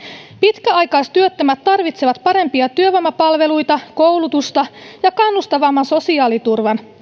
pitkäaikaistyöttömät tarvitsevat parempia työvoimapalveluita koulutusta ja kannustavamman sosiaaliturvan